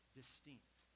distinct